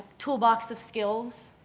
toolbox of skills